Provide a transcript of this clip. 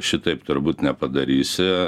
šitaip turbūt nepadarysi